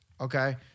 okay